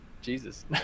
Jesus